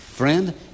Friend